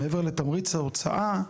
מעבר לתמריץ ההוצאה,